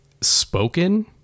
spoken